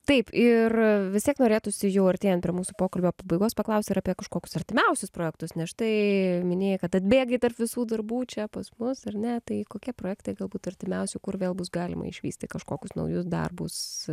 taip ir vis tiek norėtųsi jau artėjant prie mūsų pokalbio pabaigos paklaust ir apie kažkokius artimiausius projektus nes tai minėjai kad atbėgai tarp visų darbų čia pas mus ar ne tai kokie projektai galbūt artimiausiu kur vėl bus galima išvysti kažkokius naujus darbus